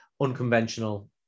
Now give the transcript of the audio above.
Unconventional